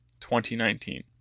2019